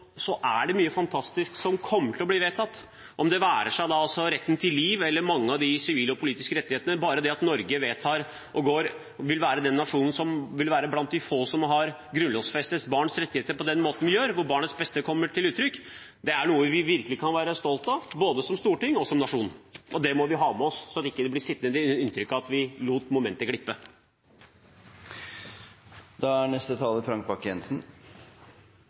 Så må vi huske at vi også gjør noe utrolig fantastisk i dag. Selv om vi gjerne skulle gått de ekstra meterne, både vi i Venstre og de andre partiene, som er for enkelte flere bestemmelser, er det mye fantastisk som kommer til å bli vedtatt – det være seg retten til liv eller mange av de sivile og politiske rettighetene. Bare det at Norge vedtar og vil være den nasjonen som vil være blant de få som har grunnlovfestet barns rettigheter på den måten vi gjør, hvor barnets beste kommer til uttrykk, er noe vi virkelig kan være stolte av, både som storting og som nasjon. Det må vi ha med